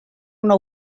una